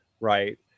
Right